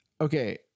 okay